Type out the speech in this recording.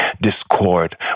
discord